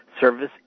service